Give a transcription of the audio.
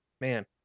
Man